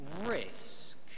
risk